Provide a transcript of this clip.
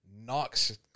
Knocks